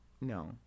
no